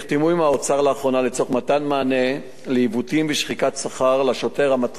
עם האוצר לאחרונה לצורך מתן מענה לעיוותים ושחיקת שכר לשוטר המתחיל